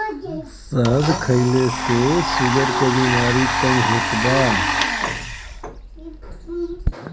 शहद खाए से शुगर के बेमारी कम होत बा